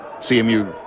CMU